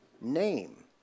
name